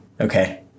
Okay